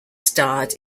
starred